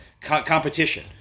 competition